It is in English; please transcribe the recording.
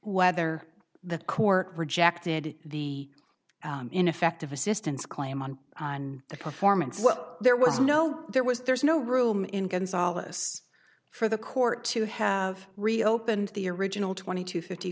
whether the court rejected the ineffective assistance claim on on the performance well there was no there was there is no room in gonzales for the court to have reopened the original twenty two fifty